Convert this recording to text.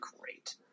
great